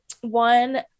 one